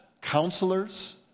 counselors